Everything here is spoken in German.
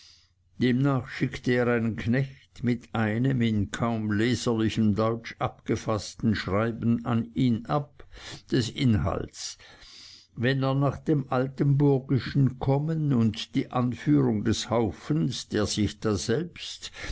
demnach schickte er einen knecht mit einem in kaum leserlichem deutsch abgefaßten schreiben an ihn ab des inhalts wenn er nach dem altenburgischen kommen und die anführung des haufens der sich daselbst